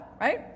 right